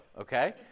okay